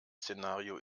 szenario